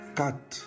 cut